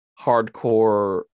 hardcore